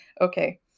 Okay